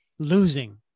losing